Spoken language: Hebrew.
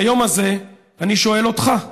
והיום הזה אני שואל אותך: